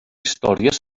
històries